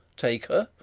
take her,